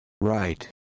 right